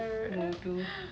bodoh